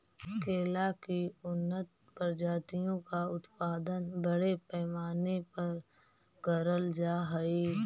केला की उन्नत प्रजातियों का उत्पादन बड़े पैमाने पर करल जा हई